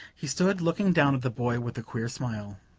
he stood looking down at the boy with a queer smile.